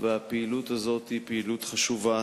והפעילות הזאת היא פעילות חשובה,